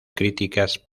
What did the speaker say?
críticas